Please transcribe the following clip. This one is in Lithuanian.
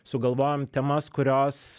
sugalvojam temas kurios